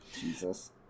jesus